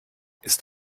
ist